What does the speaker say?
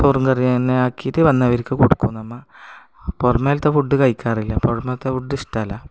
ചോറും കറിയും തന്നെ ആക്കിയിട്ട് വന്നവർക്ക് കൊടുക്കും നമ്മൾ അപ്പോൾ പുറമേലത്തെ ഫുഡ് കഴിക്കാറില്ല പുറമേലത്തെ ഫുഡ് ഇഷ്ടമല്ല